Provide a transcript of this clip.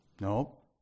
no